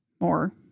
more